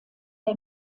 der